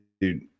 dude